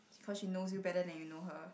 because she knows you better than you know her